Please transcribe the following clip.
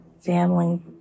family